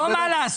לא מה לעשות.